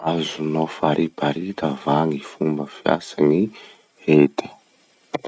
Azonao fariparita va gny fomba fiasan'ny hety?